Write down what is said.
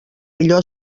millor